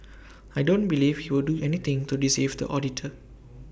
I don't believe he would do anything to deceive the auditor